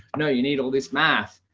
no, you ne d all this math.